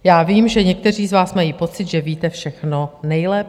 Já vím, že někteří z vás mají pocit, že víte všechno nejlépe.